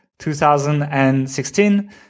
2016